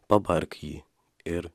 pabark jį ir